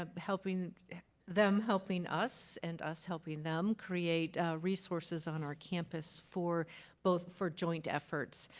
ah helping them helping us. and us helping them, create resources on our campus for both, for joint efforts.